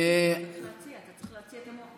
להציע במליאה.